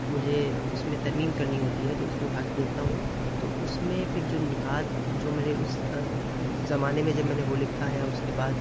مجھے اس میں ترمیم کرنی ہوتی ہے تو اس کو اٹھا کے دیکھتا ہوں تو اس میں پھر جو نکات جو میرے اس زمانے میں جب میں نے وہ لکھا ہے اور اس کے بعد